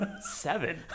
Seven